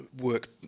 work